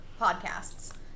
podcasts